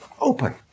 Open